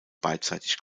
beidseitig